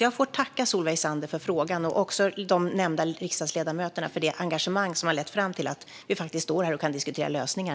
Jag får tacka Solveig Zander för frågan och de nämnda riksdagsledamöterna för det engagemang som har lett fram till att vi står här och kan diskutera lösningar.